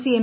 C M